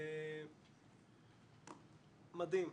מדהים.